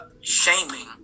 shaming